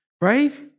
right